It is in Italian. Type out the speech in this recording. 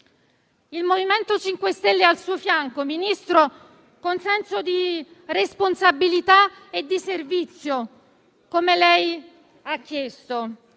Il MoVimento 5 Stelle è al suo fianco, Ministro, con senso di responsabilità e di servizio, come lei ha chiesto.